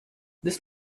this